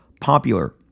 popular